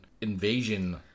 invasion